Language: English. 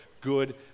good